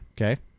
Okay